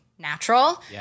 natural